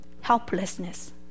helplessness